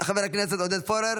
חבר הכנסת עודד פורר,